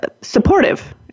supportive